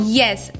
yes